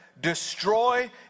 destroy